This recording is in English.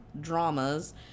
Dramas